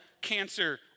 cancer